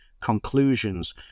conclusions